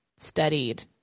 studied